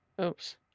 Oops